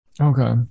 okay